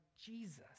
Jesus